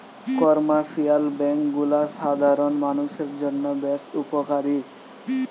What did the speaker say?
commercial bank গুলা সাধারণ মানুষের জন্য বেশ উপকারী